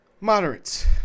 Moderates